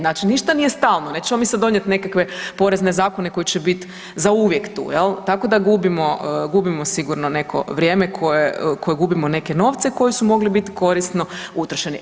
Znači ništa nije stalno, nećemo mi sada donijeti nekakve porezne zakone koji će bit zauvijek tu tako da gubimo sigurno neko vrijeme koje gubimo neke novce koji su mogli biti korisno utrošeni.